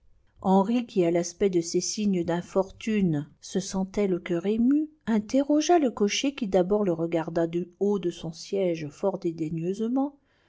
henri qui à l'aspect de ces signes d'infortune se l'arbre de noël se sentait le cœur ému interrogea le cocher qui d'abord le regarda du haut de son siège fort